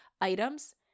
items